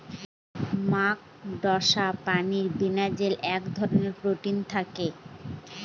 মাকড়সা প্রাণীর বোনাজালে এক ধরনের প্রোটিন থাকে